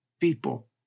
people